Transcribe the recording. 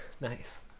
nice